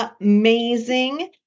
Amazing